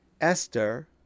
Esther